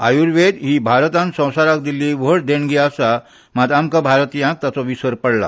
आयुर्वेद हि भारतान संवसाराक दिल्ली व्हड देणगी आसा मात आमका भारतीयांक ताचो विसर पडला